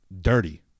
dirty